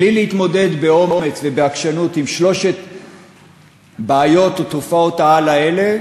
בלי להתמודד באומץ ובעקשנות עם שלוש הבעיות או תופעות-העל האלה,